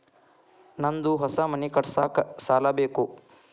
ನಂದು ಹೊಸ ಮನಿ ಕಟ್ಸಾಕ್ ಸಾಲ ಬೇಕು